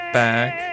back